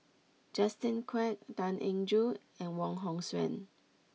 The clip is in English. Justin Quek Tan Eng Joo and Wong Hong Suen